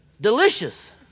Delicious